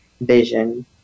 vision